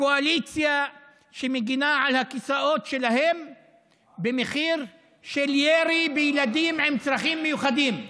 הקואליציה שמגינה על הכיסאות שלה במחיר של ירי בילדים עם צרכים מיוחדים.